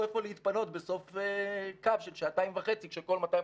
איפה להתפנות בסוף קו של שעתיים וחצי כשכל 250